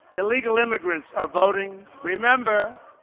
illegal immigrants are voting remember,